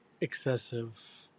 excessive